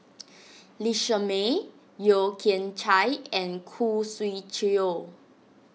Lee Shermay Yeo Kian Chye and Khoo Swee Chiow